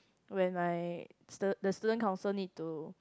when my stud~ the student council need to